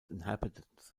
inhabitants